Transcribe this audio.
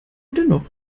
dennoch